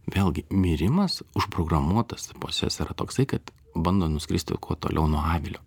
vėlgi mirimas užprogramuotas pas jas yra toksai kad bando nuskristi kuo toliau nuo avilio